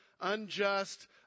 unjust